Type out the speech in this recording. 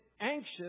anxious